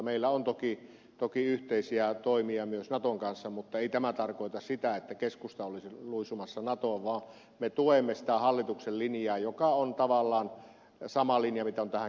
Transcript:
meillä on toki yhteisiä toimia myös naton kanssa mutta ei tämä tarkoita sitä että keskusta olisi luisumassa natoon vaan me tuemme sitä hallituksen linjaa joka on tavallaan sama linja mikä on tai